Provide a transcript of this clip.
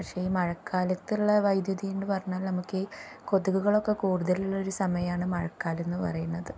പക്ഷേ ഈ മഴക്കാലത്തുള്ള വൈദ്യുതി ഉണ്ട് പറഞ്ഞാൽ നമുക്ക് കൊതുകുകളൊക്കെ കൂടുതലുള്ളൊരു സമയമാണ് മഴക്കാലം എന്ന് പറയുന്നത്